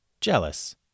jealous